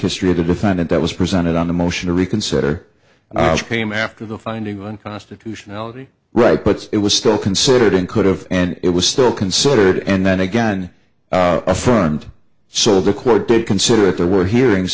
history of the defendant that was presented on the motion to reconsider and came after the finding of unconstitutionality right but it was still considered and could have and it was still considered and then again affirmed so the court did consider that there were hearings